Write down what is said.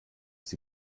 sie